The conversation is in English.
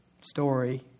story